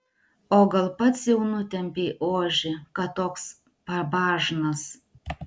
o gal pats jau nutempei ožį kad toks pabažnas